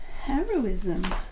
heroism